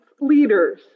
leaders